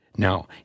Now